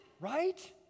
Right